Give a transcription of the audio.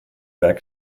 werk